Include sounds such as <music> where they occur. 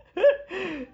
<laughs>